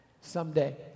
Someday